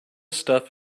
stuff